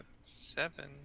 seven